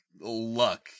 luck